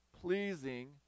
pleasing